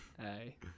hey